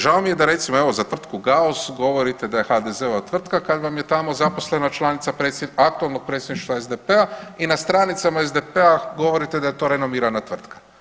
Žao mi je da recimo za tvrtku Gauss govorite da je HDZ-ova tvrtka kad vam je tamo zaposlena članica aktualnog predsjedništva SDP-a i na stranicama SDP-a govorite da je to renomirana tvrtka.